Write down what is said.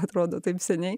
atrodo taip seniai